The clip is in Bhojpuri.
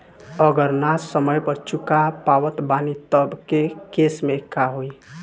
अगर ना समय पर चुका पावत बानी तब के केसमे का होई?